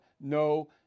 no